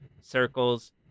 circles